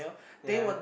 yeah